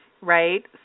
right